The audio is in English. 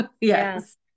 yes